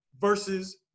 versus